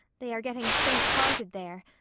they are getting faint-hearted there,